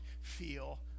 feel